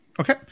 Okay